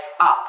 up